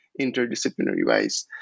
interdisciplinary-wise